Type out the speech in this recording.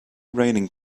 raining